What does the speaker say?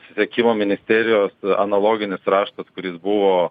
susisiekimo ministerijos analoginis raštas kuris buvo